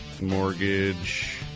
mortgage